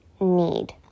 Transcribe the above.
need